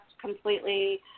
completely